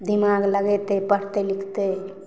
दिमाग लगेतै पढ़तै लिखतै